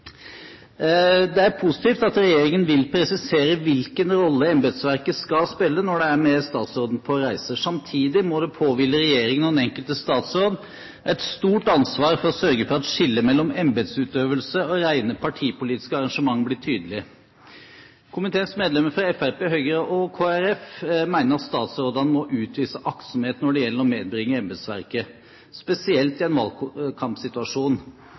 Det er positivt at regjeringen vil presisere hvilken rolle embetsverket skal spille når de er med statsråden på reiser. Samtidig må det påhvile regjeringen og den enkelte statsråd et stort ansvar for å sørge for at skillet mellom embetsutøvelse og rene partipolitiske arrangementer blir tydelig. Komiteens medlemmer fra Fremskrittspartiet, Høyre og Kristelig Folkeparti mener statsrådene må utvise aktsomhet når det gjelder å medbringe embetsverket, spesielt i en valgkampsituasjon.